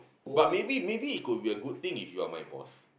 but maybe maybe it could be a good thing if you're my boss